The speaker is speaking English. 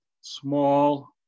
small